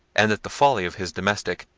and at the folly of his domestic,